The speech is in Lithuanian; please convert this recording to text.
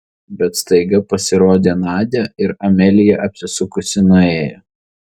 bet staiga pasirodė nadia ir amelija apsisukusi nuėjo